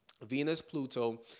Venus-Pluto